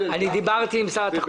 דיברתי עם השר.